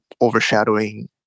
overshadowing